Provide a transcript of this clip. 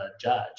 judge